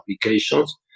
applications